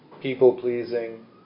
people-pleasing